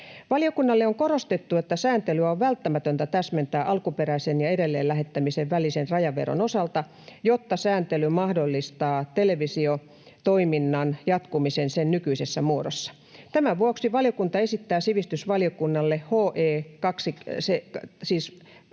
”Valiokunnalle on korostettu, että sääntelyä on välttämätöntä täsmentää alkuperäisen ja edelleenlähettämisen välisen rajanvedon osalta, jotta sääntely mahdollistaa televisiotoiminnan jatkumisen sen nykyisessä muodossa. Tämän vuoksi valiokunta esittää sivistysvaliokunnalle 25 h §:n